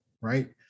right